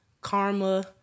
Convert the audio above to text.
Karma